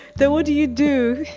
then what do you do?